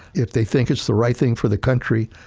if they think it's the right thing for the country,